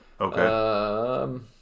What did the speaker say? Okay